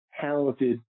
talented